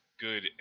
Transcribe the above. good